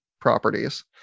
properties